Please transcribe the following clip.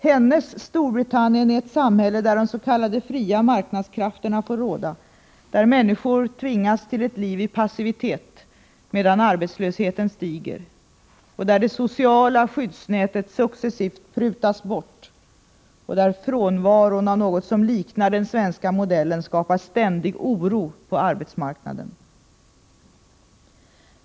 Hennes Storbritannien är ett samhälle där de s.k. fria marknadskrafterna får råda, där människor tvingas till ett liv i passivitet, medan arbetslösheten stiger, där det sociala skyddsnätet successivt prutas bort och där frånvaron av något som liknar den svenska modellen skapar ständig oro på arbetsmarknaden.